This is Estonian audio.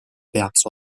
peaks